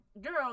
Girl